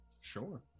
Sure